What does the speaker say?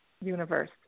universe